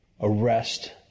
arrest